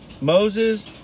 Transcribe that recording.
Moses